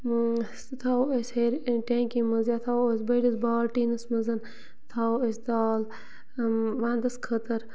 سُہ تھاوو أسۍ ہیٚرِ ٹینٛکی مَنٛز یا تھاوو أسۍ بٔڑِس بالٹیٖنَس مَنٛز تھاوو أسۍ دال وَندَس خٲطٕر